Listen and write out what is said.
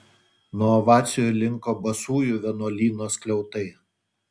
nuo ovacijų linko basųjų vienuolyno skliautai